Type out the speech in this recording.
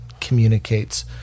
communicates